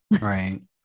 Right